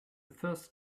first